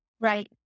Right